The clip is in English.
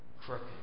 crooked